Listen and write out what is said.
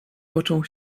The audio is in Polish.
począł